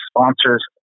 sponsors